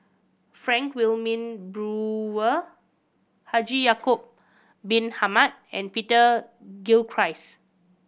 Frank Wilmin Brewer Haji Ya'acob Bin Hamed and Peter Gilchrist